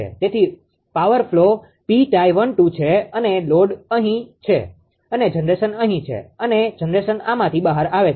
તેથી power flow 𝑃𝑡𝑖𝑒12 છે અને લોડ અહીં છે અને જનરેશન અહી છે અને જનરેશન આમાંથી બહાર આવે છે